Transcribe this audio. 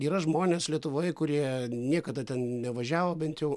yra žmonės lietuvoj kurie niekada ten nevažiavo bent jau